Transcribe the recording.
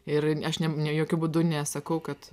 ir aš ne ne jokiu būdu nesakau kad